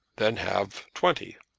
then have twenty.